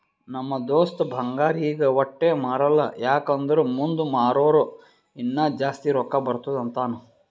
ನಮ್ ದೋಸ್ತ ಬಂಗಾರ್ ಈಗ ವಟ್ಟೆ ಮಾರಲ್ಲ ಯಾಕ್ ಅಂದುರ್ ಮುಂದ್ ಮಾರೂರ ಇನ್ನಾ ಜಾಸ್ತಿ ರೊಕ್ಕಾ ಬರ್ತುದ್ ಅಂತಾನ್